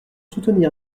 soutenir